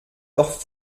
doch